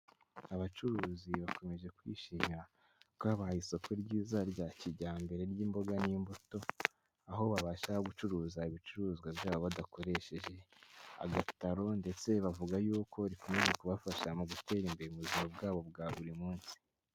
Abacuruzi bakomeje kwishima ko babahaye isoko ryiza rya kijyambere ry'imboga n'imbuto, aho babasha gucuruza ibicuruzwa byabo badakoresheje agataro ndetse bavuga yuko rikomeje kubafasha mu gutera imbere mu buzima bwabo bwa buri munsi.